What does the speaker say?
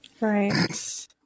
Right